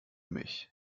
mich